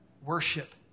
worship